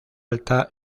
alta